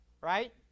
Right